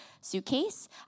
suitcase